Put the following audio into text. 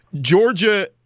Georgia